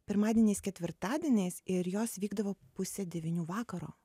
pirmadieniais ketvirtadieniais ir jos vykdavo pusę devynių vakaro